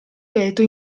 veto